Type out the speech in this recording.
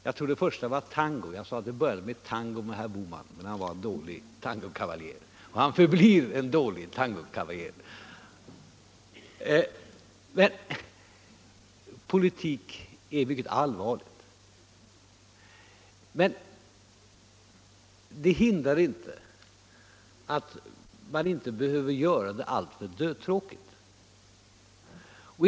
Jag tror att jag sade att det började med tango med herr Bohman men att han var en dålig tangokavaljer. Han förblir en dålig tangokavaljer. Politik är något mycket allvarligt men man behöver inte göra den alltför dödtråkig.